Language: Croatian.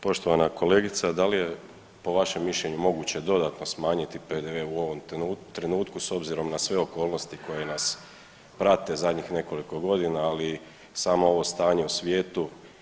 Poštovana kolegica da li je po vašem mišljenju moguće dodatno smanjiti PDV u ovom trenutku s obzirom na sve okolnosti koje nas prate zadnjih nekoliko godina, ali i samo ovo stanje u svijetu.